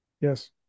Yes